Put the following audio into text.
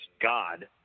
god